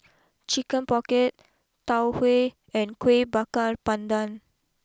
Chicken pocket Tau Huay and Kueh Bakar Pandan